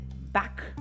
back